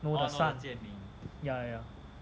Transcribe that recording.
no the son ya ya ya